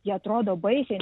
jie atrodo baisiai